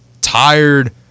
tired